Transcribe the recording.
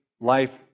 life